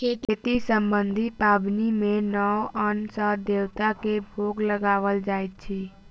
खेती सम्बन्धी पाबनि मे नव अन्न सॅ देवता के भोग लगाओल जाइत अछि